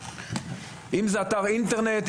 אם זה אתר אינטרנט,